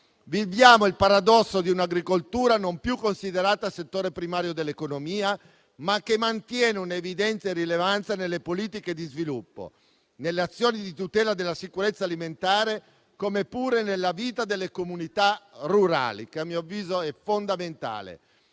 viviamo il paradosso di un'agricoltura non più considerata settore primario dell'economia, ma che mantiene una evidente rilevanza nelle politiche di sviluppo, nelle azioni di tutela della sicurezza alimentare, come pure nella vita delle comunità rurali, che, a mio avviso, è fondamentale.